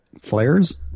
flares